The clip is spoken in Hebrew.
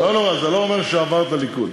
כן, לא נורא, זה לא אומר שעברת לליכוד.